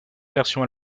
versions